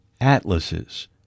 atlases